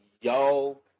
y'all